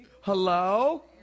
Hello